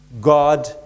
God